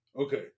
Okay